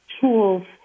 tools